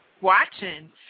watching